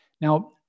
Now